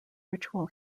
ritual